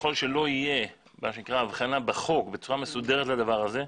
ככל שלא יהיה הבחנה בחוק בצורה מסודרת לדבר הזה,